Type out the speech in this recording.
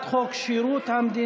השר אמר להצביע בעד.